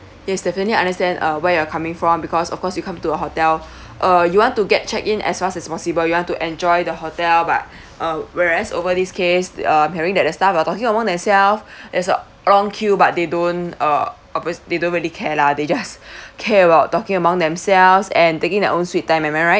yes definitely understand uh where you're coming from because of course you come to a hotel uh you want to get check in as fast as possible you want to enjoy the hotel but uh whereas over these case um hearing that the staffs are talking among themself there's a uh long queue but they don't uh ob~ they don't really care lah they just care about talking among themselves and taking their own sweet time am I right